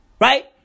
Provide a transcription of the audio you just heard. right